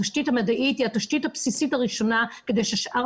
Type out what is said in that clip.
התשתית המדעית היא התשתית הבסיסית הראשונה כדי ששאר